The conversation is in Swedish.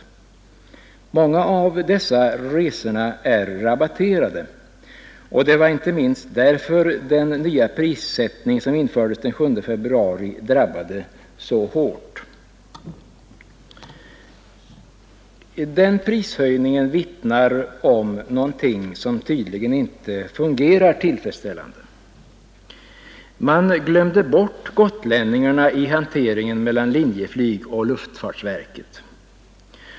Många av dessa resor är rabatterade, och det var inte minst därför den nya prissättning som infördes den 7 februari drabbade så hårt. Denna prishöjning vittnar om att någonting tydligen inte fungerar tillfredsställande. Man glömde bort gotlänningarna i hanteringen mellan Linjeflyg och luftfartsverket.